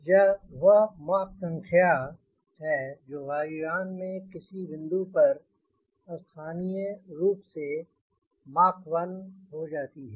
यह वह मॉक संख्या है जो वायुयान में किसी बिंदु पर स्थानीय रूप से मॉक 1 हो जाती है